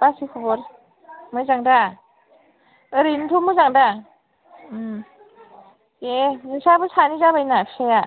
बाखि खबर मोजां दा ओरैनोथ' मोजां दा दे नोंस्राबो सानै जाबाय ना फिसाया